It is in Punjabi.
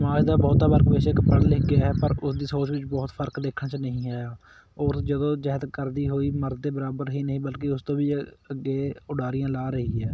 ਸਮਾਜ ਦਾ ਬਹੁਤਾ ਵਰਗ ਬੇਸ਼ੱਕ ਪੜ੍ਹ ਲਿਖ ਗਿਆ ਹੈ ਪਰ ਉਸਦੀ ਸੋਚ ਵਿੱਚ ਬਹੁਤ ਫਰਕ ਦੇਖਣ 'ਚ ਨਹੀਂ ਆਇਆ ਔਰਤ ਜੱਦੋ ਜਹਿਦ ਕਰਦੀ ਹੋਈ ਮਰਦ ਦੇ ਬਰਾਬਰ ਹੀ ਨਹੀਂ ਬਲਕਿ ਉਸ ਤੋਂ ਵੀ ਅੱਗੇ ਉਡਾਰੀਆਂ ਲਾ ਰਹੀ ਹੈ